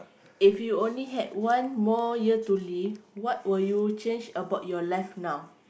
if you only had one more year to live what would you change about your life now